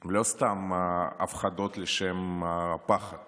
הן לא סתם הפחדות לשם פחד